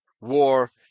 war